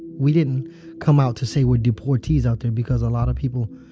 we didn't come out to say we're deportees out there because a lot of people,